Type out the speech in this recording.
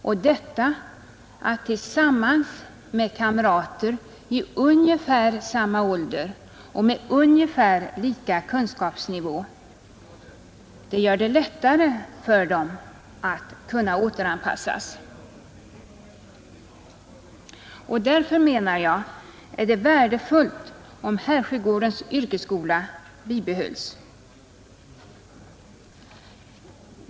Och att få detta tillsammans med kamrater i ungefär samma ålder och med ungefär samma kunskapsnivå gör det lättare för dem att kunna återanpassas. Därför menar jag att det är värdefullt om Härsjögårdens yrkesskola bibehålles.